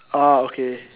oh okay